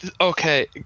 Okay